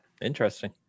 Interesting